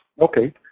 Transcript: Okay